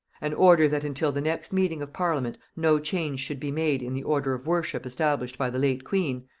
an order that until the next meeting of parliament no change should be made in the order of worship established by the late queen,